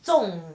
中